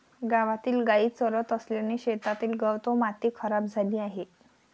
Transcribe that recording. गावातील गायी चरत असल्याने शेतातील गवत व माती खराब झाली आहे